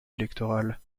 électoral